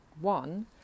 One